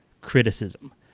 criticism